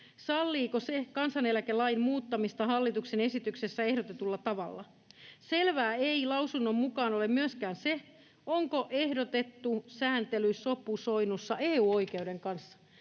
puhuin, kansaneläkelain muuttamista hallituksen esityksessä ehdotetulla tavalla. Selvää ei lausunnon mukaan ole myöskään se, onko ehdotettu sääntely sopusoinnussa EU-oikeuden kanssa.